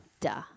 duh